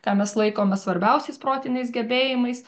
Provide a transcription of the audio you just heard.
ką mes laikome svarbiausiais protiniais gebėjimais